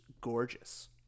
gorgeous